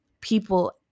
people